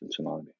functionality